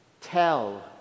Tell